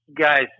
guys